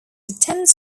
attempts